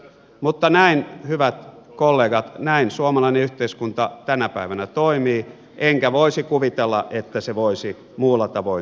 mutta näin hyvät kollegat suomalainen yhteiskunta tänä päivänä toimii enkä voisi kuvitella että se voisi muulla tavoin toimia